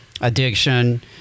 addiction